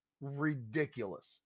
ridiculous